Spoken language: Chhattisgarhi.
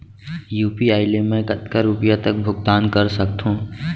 यू.पी.आई ले मैं कतका रुपिया तक भुगतान कर सकथों